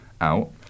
out